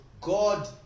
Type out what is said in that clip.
God